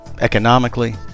economically